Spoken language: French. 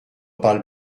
parle